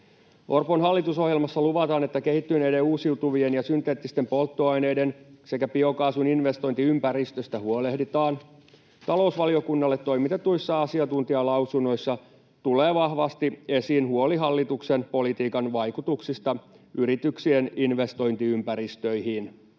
Orpon hallitusohjelmassa luvataan, että kehittyneiden uusiutuvien ja synteettisten polttoaineiden sekä biokaasun investointiympäristöstä huolehditaan. Talousvaliokunnalle toimitetuissa asiantuntijalausunnoissa tulee vahvasti esiin huoli hallituksen politiikan vaikutuksista yrityksien investointiympäristöihin.